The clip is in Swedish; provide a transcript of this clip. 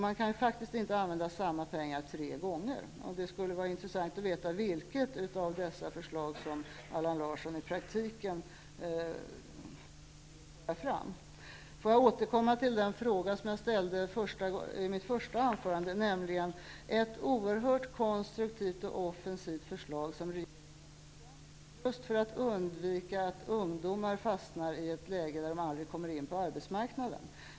Man kan faktiskt inte använda samma pengar tre gånger. Det skulle vara intressant att veta vilket av dessa förslag som Allan Larsson i praktiken vill föra fram. Låt mig återkomma till den fråga som jag ställde i mitt första anförande. Det gäller ett oerhört konstruktivt och offensivt förslag som regeringen fört fram just för att undvika att ungdomar fastnar i ett läge där de aldrig kommer in på arbetsmarknaden.